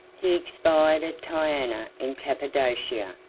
he expired at tyana in cappadocia,